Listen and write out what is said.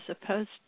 supposed